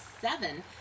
seven